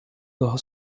daha